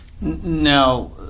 Now